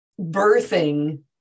birthing